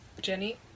Jenny